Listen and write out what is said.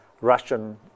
Russian